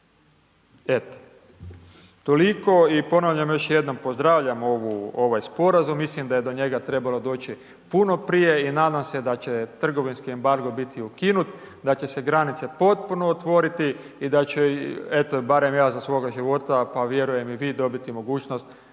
Eto, toliko i ponavljam još jednom, pozdravljam ovaj sporazum, mislim da je do njega trebalo doći puno prije i nadam se da će trgovinski embargo biti ukinut, da će se granice potpuno otvoriti i da će, eto, barem ja za svoga života, pa vjerujem i vi, dobiti mogućnost